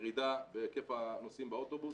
ירידה בהיקף הנוסעים באוטובוס.